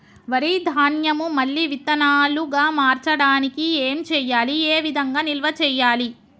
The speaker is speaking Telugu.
వరి ధాన్యము మళ్ళీ విత్తనాలు గా మార్చడానికి ఏం చేయాలి ఏ విధంగా నిల్వ చేయాలి?